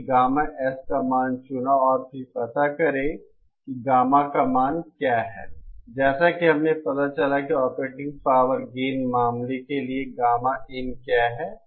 हमने gamma S का मान चुना और फिर पता करें कि गामा का मान क्या है जैसे कि हमें पता चला कि ऑपरेटिंग पावर गेन मामला के लिए गामा इन क्या है